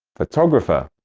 photographer.